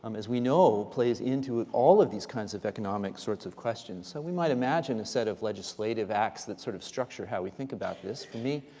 um as we know, plays into all of these kinds of economic sorts of questions. so we might imagine a set of legislative acts that sort of structure how we think about this. for me,